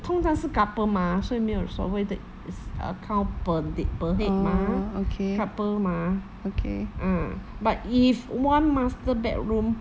通常是 couple mah 所以没有所谓的 uh uh count per d~ per head mah couple mah a'ah but if one master bedroom